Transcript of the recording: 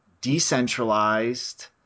decentralized